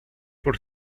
por